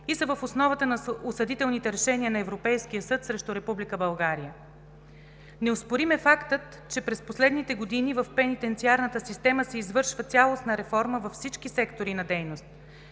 и са в основата на осъдителните решения на Европейския съд срещу Република България. Неоспорим е фактът, че през последните години в пенитенциарната система се извършва цялостна реформа във всички сектори на дейност.